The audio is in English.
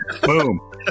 Boom